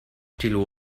till